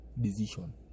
decision